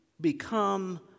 become